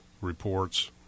reports